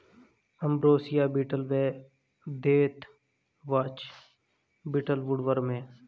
ambrosia beetle व deathwatch beetle woodworm हैं